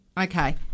Okay